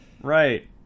right